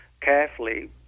carefully